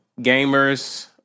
gamers